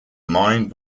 mind